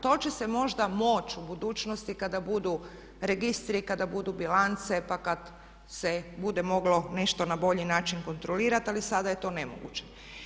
To će se možda moći u budućnosti kada budu registri, i kada budu bilance pa kad se bude moglo nešto na bolji način kontrolirati ali sada je to nemoguće.